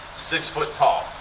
six foot tall.